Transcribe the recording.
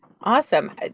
awesome